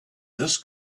this